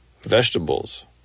vegetables